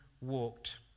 walked